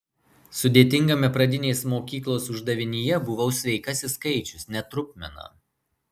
sudėtingame pradinės mokyklos uždavinyje buvau sveikasis skaičius ne trupmena